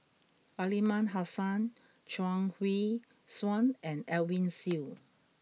Aliman Hassan Chuang Hui Tsuan and Edwin Siew